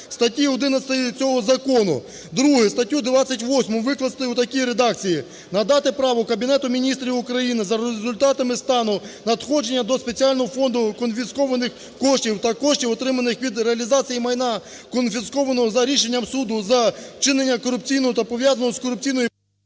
статті 11 цього закону". Друге. Статтю 28 викласти у такій редакції: "Надати право Кабінету Міністрів України за результатами стану надходження до спеціального фонду конфіскованих коштів та коштів, отриманих від реалізації майна, конфіскованого за рішенням суду за вчинення корупційного та пов'язаного з корупційною…"